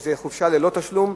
וזה חופשה ללא תשלום,